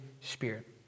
Spirit